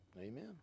amen